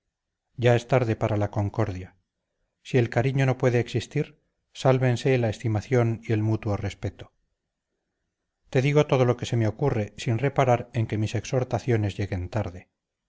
ya es tarde para la concordia si el cariño no puede existir sálvense la estimación y el mutuo respeto te digo todo lo que se me ocurre sin reparar en que mis exhortaciones lleguen tarde